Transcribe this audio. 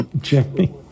Jimmy